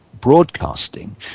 broadcasting